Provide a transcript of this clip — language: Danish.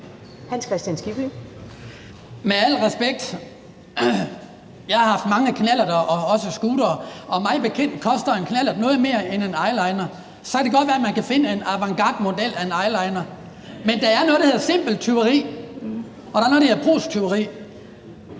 Hans Kristian Skibby (DF): Med al respekt: Jeg har haft mange knallerter og også scootere, og mig bekendt koster en knallert noget mere end en eyeliner. Så kan det godt være, man kan finde en avantgarde model af en eyeliner, men der er noget, der hedder simpelt tyveri, og der er noget, der hedder brugstyveri.